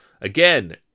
Again